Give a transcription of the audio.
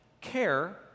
care